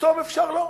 פתאום אפשר לא.